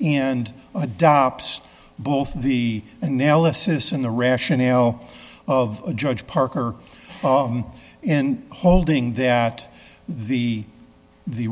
and adopt both the analysis and the rationale of judge parker in holding that the the